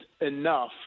enough